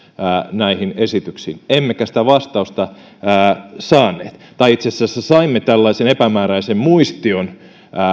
näihin esityksiin emmekä sitä vastausta ole saaneet tai itse asiassa saimme tällaisen epämääräisen muistion